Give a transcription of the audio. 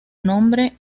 nombre